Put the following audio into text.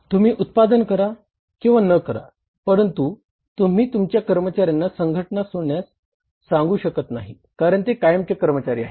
तुम्ही उत्पादन करा किंवा न करा परंतु तुम्ही तुमच्या कर्मचार्यांना संघटना सोडण्यास सांगू शकत नाही कारण ते कायमचे कर्मचारी आहेत